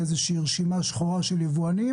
שיירשם אצל מנהלת הוועדה,